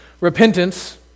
Repentance